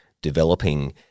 developing